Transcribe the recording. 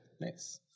Nice